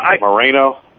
Moreno